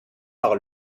par